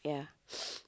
yeah